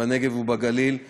התשע"ו 2016,